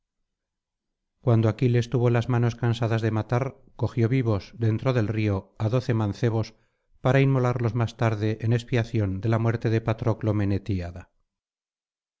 cuando aquiles tuvo las manos cansadas de matar cogió vivos dentro del río á doce mancebos para inmolarlos más tarde en expiación de la muerte de patroclo menetíada